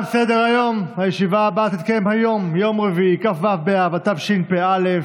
יום טוב חי כלפון כממלא מקום קבוע במקום הפנוי לסיעה.